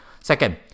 Second